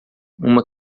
uma